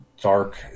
dark